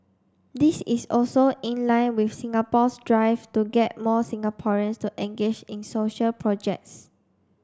this is also in line with Singapore's drive to get more Singaporeans to engage in social projects